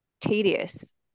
tedious